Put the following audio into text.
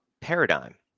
paradigm